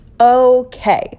okay